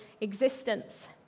existence